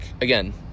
again